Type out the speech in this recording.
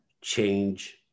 change